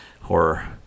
horror